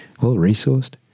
well-resourced